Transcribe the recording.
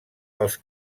dels